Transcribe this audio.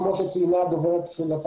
כמו שציינה שרית גולן,